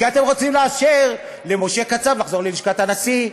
כי אתם רוצים לאשר למשה קצב לחזור ללשכת הנשיא,